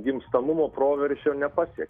gimstamumo proveržio nepasiekė